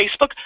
Facebook